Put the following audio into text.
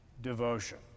devotion